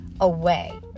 away